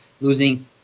losing